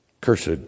Cursed